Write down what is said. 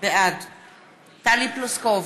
בעד טלי פלוסקוב,